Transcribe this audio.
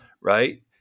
right